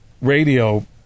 radio